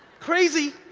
crazy,